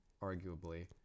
arguably